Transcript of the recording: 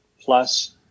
plus